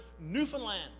Newfoundland